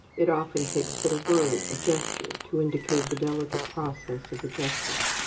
it often takes but a word, a gesture, to indicate the delicate process of adjustment.